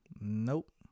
Nope